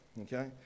okay